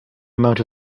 amount